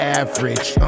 average